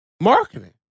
marketing